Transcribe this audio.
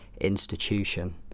institution